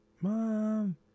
Mom